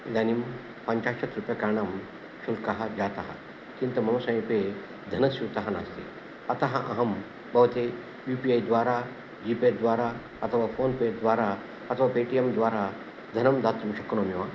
इदानीं पञ्चाशत् रूप्यकाणां शुल्कः जातः किन्तु मम समीपे धनस्यूतः नास्ति अतः अहं भवते यु पि ऐ द्वारा जि पे द्वारा अथवा फोन् पे द्वारा अथवा पे टि एम् द्वारा धनं दातुं शक्नोमि वा